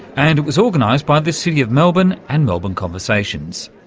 and it was organised by the city of melbourne and melbourne conversations.